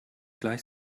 gleich